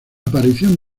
aparición